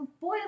boy